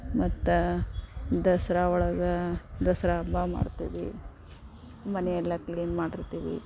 ಮತ್ತು ದಸರಾ ಒಳಗೆ ದಸರಾ ಹಬ್ಬ ಮಾಡ್ತೀವಿ ಮನೆ ಎಲ್ಲ ಕ್ಲೀನ್ ಮಾಡಿರ್ತೀವಿ